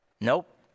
Nope